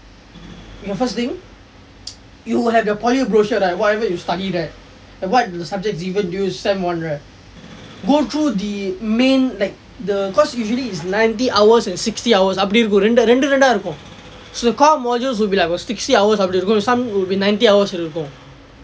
the first thing you will have your poly brochure right whatever you study there like what are the subjects do you even do in sem one right go through the main like the cause usually is ninety hours and sixty hours அப்படி இருக்கும் இரண்டு இரண்டு இரண்டா இருக்கும்:appdi irukkum irandu irandu irandaa irukkum so the core modules will be like sixty hours அப்படி இருக்கும்:appdi irukkum some will be ninety hours இருக்கும்: irukkum